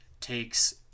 takes